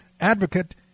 advocate